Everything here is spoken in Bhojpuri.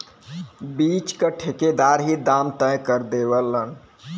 बीच क ठेकेदार ही दाम तय कर देवलन